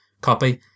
copy